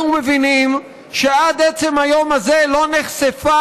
אנחנו מבינים שעד עצם היום הזה לא נחשפה